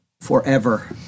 forever